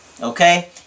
okay